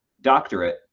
doctorate